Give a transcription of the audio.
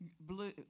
blue